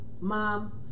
mom